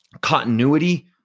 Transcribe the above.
continuity